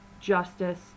justice